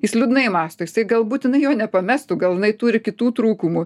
jis liūdnai mąsto jisai galbūt jinai jo nepamestų gal jinai turi kitų trūkumų